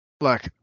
Look